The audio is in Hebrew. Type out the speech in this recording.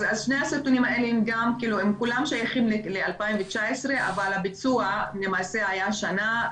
אז שני הסרטונים האלה שייכים ל-2019 אבל הביצוע למעשה היה השנה.